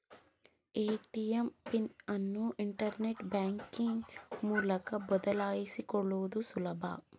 ATM pin ಅನ್ನು internet banking ಮೂಲಕ ಬದಲಾಯಿಸಿಕೊಳ್ಳುದು ಸುಲಭ